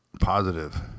positive